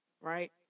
right